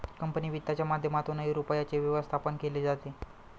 company वित्तच्या माध्यमातूनही रुपयाचे व्यवस्थापन केले जाते